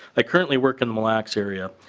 i currently working mille lacs area.